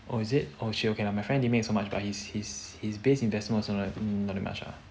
oh is it oh shit okay my friend didn't make so much but his his his base investments also also not that much ah